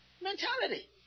Mentality